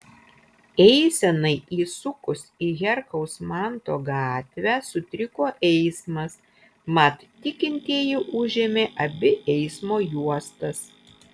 eisenai įsukus į herkaus manto gatvę sutriko eismas mat tikintieji užėmė abi eismo juostas